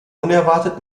unerwartet